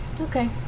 Okay